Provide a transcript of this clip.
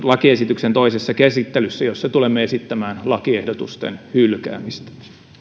lakiesityksen toisessa käsittelyssä jossa tulemme esittämään lakiehdotusten hylkäämistä